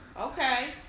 Okay